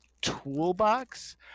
toolbox